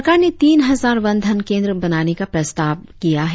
सरकार ने तीन हजार वन धन केंद्र बनाने का प्रस्ताव किया है